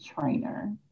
trainer